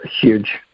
huge